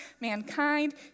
mankind